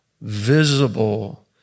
visible